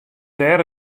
dêr